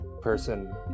person